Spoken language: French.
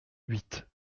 huit